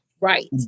Right